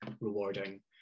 rewarding